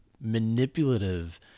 manipulative